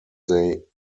they